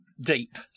deep